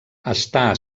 està